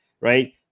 right